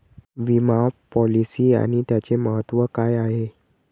विमा पॉलिसी आणि त्याचे महत्व काय आहे?